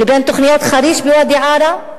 לתוכניות חריש בוואדי-עארה?